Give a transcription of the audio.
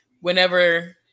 whenever